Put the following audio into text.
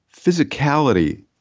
physicality